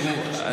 תראו,